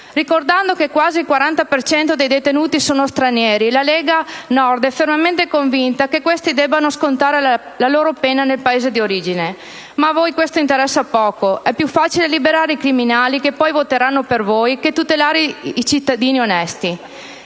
Ricordando che quasi il 40 per cento dei detenuti è composto da stranieri, la Lega Nord è fermamente convinta che questi debbano scontare la loro pena nel Paese di origine. Ma a voi questo interessa poco. È più facile liberare i criminali, che poi voteranno per voi, che tutelare i cittadini onesti.